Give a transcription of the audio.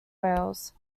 wales